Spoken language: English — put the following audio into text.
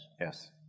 Yes